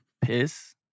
piss